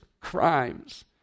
crimes